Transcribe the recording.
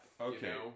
Okay